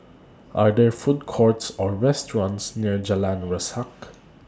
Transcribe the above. Are There Food Courts Or restaurants near Jalan Resak